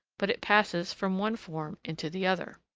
but it passes from one form into the other.